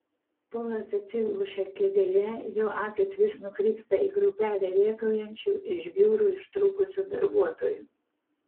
polas atsilošia kėdėje jo akys vis nukrypsta į grupelę rėkaujančių iš biurų ištrūkusių darbuotojų